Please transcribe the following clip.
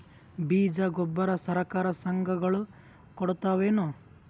ಬೀಜ ಗೊಬ್ಬರ ಸರಕಾರ, ಸಂಘ ಗಳು ಕೊಡುತಾವೇನು?